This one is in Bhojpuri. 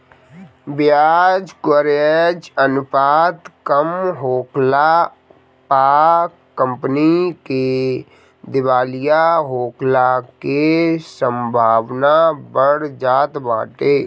बियाज कवरेज अनुपात कम होखला पअ कंपनी के दिवालिया होखला के संभावना बढ़ जात बाटे